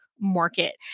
market